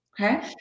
Okay